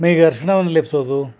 ಮೈಗೆ ಅರ್ಶ್ಣವನ್ನ ಲೇಪ್ಸೋದು